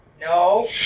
no